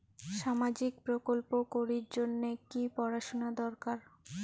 সামাজিক প্রকল্প করির জন্যে কি পড়াশুনা দরকার?